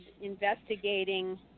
investigating